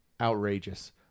outrageous